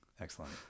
Excellent